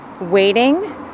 waiting